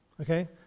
Okay